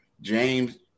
James